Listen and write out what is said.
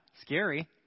scary